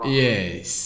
yes